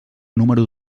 número